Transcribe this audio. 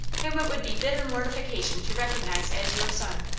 whom it would be bitter mortification to recognize as your son.